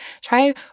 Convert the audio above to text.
try